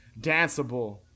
danceable